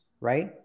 right